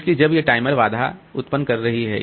इसलिए जब ये टाइमर बाधा उत्पन्न कर रही है